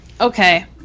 okay